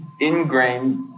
ingrained